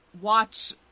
watch